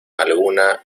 alguna